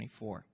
24